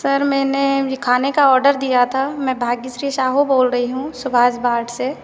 sir मैंने अभी खाने का ऑर्डर दिया था मैं भाग्य श्री साहू बोल रही हूँ सुभास भाट से